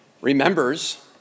remembers